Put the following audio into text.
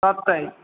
সাতটায়